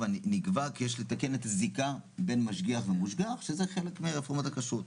נקבע כי יש לתקן את הזיקה בין משגיח ומושגח שזה חלק מרפורמת הכשרות.